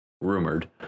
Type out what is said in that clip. rumored